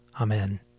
Amen